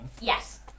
Yes